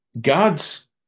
God's